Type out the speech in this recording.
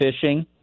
fishing